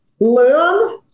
learn